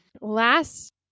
last